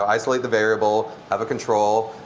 um isolate the variable, have a control,